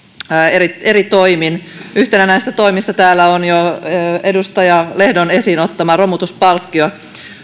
eri eri toimin yhtenä näistä toimista täällä on jo edustaja lehdon esiin ottama romutuspalkkio